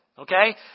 Okay